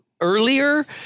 earlier